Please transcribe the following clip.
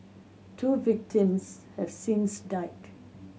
two victims have since died